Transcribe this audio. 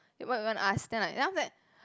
what you want to ask then like then after that